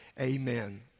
Amen